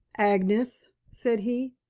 agnes, said he,